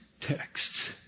texts